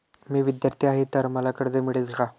मी विद्यार्थी आहे तर मला कर्ज मिळेल का?